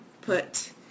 put